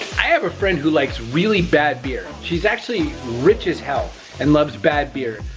i have a friend who likes really bad beer. she's actually rich as hell and loves bad beer.